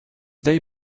they